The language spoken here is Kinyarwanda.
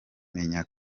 meya